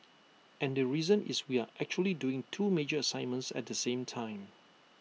and the reason is we are actually doing two major assignments at the same time